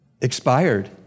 expired